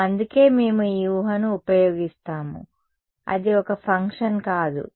అవును అందుకే మేము ఈ ఊహను ఉపయోగిస్తాము అది ఒక ఫంక్షన్ కాదు